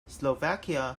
slovakia